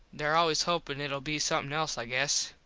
there always hopin it ull be somethin else i guess.